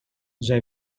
zij